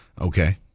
Okay